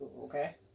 okay